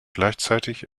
gleichzeitig